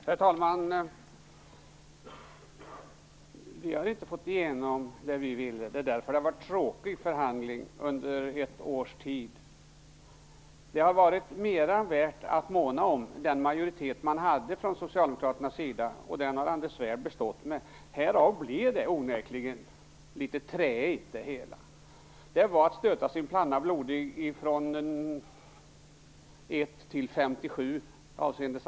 Herr talman! Vi har inte fått igenom det vi ville. Det är därför det har varit en så tråkig förhandling under ett års tid. Det har varit mera värt att måna om den majoritet man hade från Socialdemokraternas sida, och den har Anders Svärd bestått med. Härav blir det hela onekligen litet träigt. Det var att stöta sin panna blodig från sammanträde 1-57. Så är det.